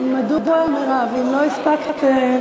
חובת הנגשת שיחה מוקלטת),